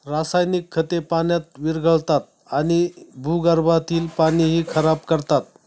रासायनिक खते पाण्यात विरघळतात आणि भूगर्भातील पाणीही खराब करतात